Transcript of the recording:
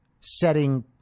setting